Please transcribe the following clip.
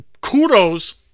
kudos